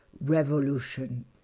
Revolution